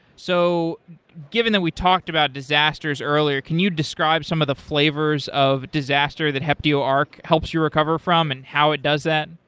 so given that we talked about disasters earlier, can you describe some of the flavors of disaster that heptio ark helps you recover from and how it does that?